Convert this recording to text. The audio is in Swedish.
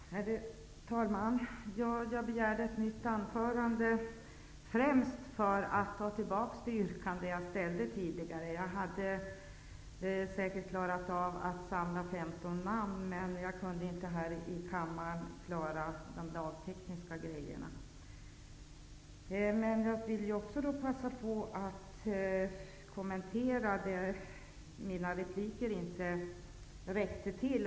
Herr talman! Jag begärde ordet främst för att kunna ta tillbaka det yrkande jag ställde tidigare. Jag hade säkert klarat av att samla in 15 namn, men jag kunde inte här i kammaren reda ut de lagtekniska frågorna. Jag vill passa på att kommentera några frågor där mina repliker inte räckte till.